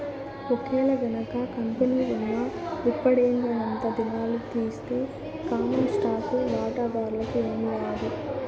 ఒకేలగనక కంపెనీ ఉన్న విక్వడేంగనంతా దినాలు తీస్తె కామన్ స్టాకు వాటాదార్లకి ఏమీరాదు